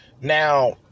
Now